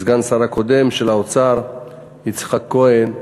סגן שר האוצר הקודם, יצחק כהן,